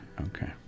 Okay